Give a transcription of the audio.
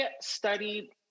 studied